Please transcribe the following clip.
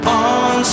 on